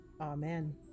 Amen